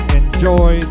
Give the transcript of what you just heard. enjoy